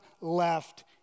left